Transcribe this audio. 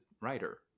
writer